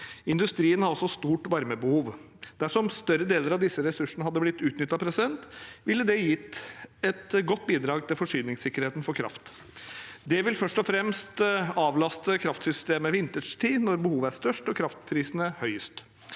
Industrien har også et stort varmebehov. Dersom større deler av disse ressursene hadde blitt utnyttet, ville det gitt et godt bidrag til forsyningssikkerheten for kraft. Det vil først og fremst avlaste kraftsystemet vinterstid, når behovet er størst og kraftprisene høyest.